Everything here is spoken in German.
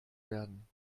werden